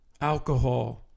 alcohol